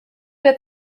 der